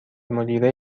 مدیره